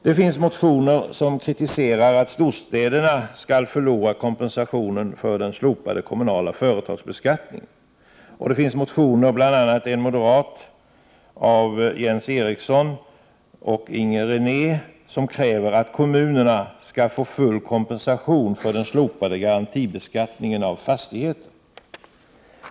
Det finns motioner i vilka man kritiserar att storstäderna skall förlora kompensationen för den slopade kommunala företagsbeskattningen, och det finns motioner — bl.a. en moderat av Jens Eriksson och Inger René — där man kräver att kommunerna skall få full kompensation för den slopade garantibeskattningen av fastigheter.